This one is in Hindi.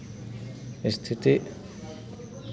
स्थिति